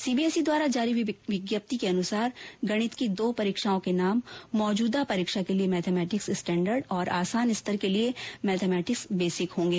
CBSC द्वारा जारी विज्ञप्ति के अनुसार गणित की दो परीक्षाओं के नाम मौजूदा परीक्षा के लिये मैथमैटिक्स स्टैन्डर्ड और आसान स्तर के लिए मैथमैटिक्स बेसिक होंगे